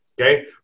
okay